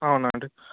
అవునండి